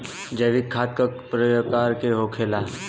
जैविक खाद का प्रकार के होखे ला?